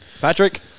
Patrick